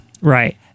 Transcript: Right